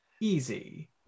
easy